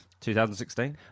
2016